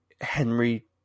Henry